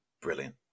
Brilliant